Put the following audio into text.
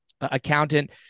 accountant